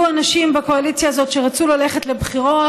אנשים בקואליציה הזאת שרצו ללכת לבחירות,